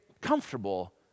comfortable